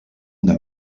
una